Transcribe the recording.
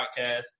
Podcast